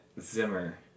Zimmer